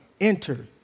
enter